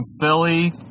Philly